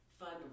fun